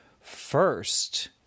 First